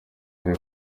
ari